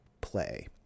play